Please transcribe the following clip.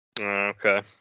okay